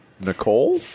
Nicole